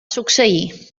succeir